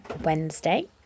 Wednesday